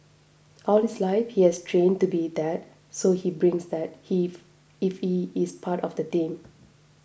all his life he has trained to be that so he brings that if he is part of the team